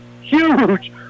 Huge